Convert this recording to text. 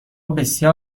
بسیار